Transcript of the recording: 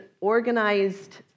organized